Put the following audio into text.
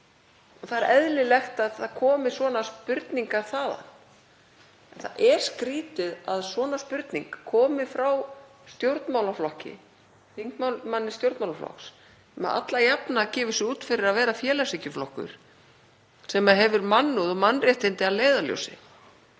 Það er eðlilegt að svona spurning komi þaðan. Það er skrýtið að svona spurning komi frá þingmanni stjórnmálaflokks sem alla jafna gefur sig út fyrir að vera félagshyggjuflokkur sem hefur mannúð og mannréttindi að leiðarljósi.